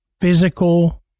physical